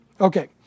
Okay